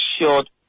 assured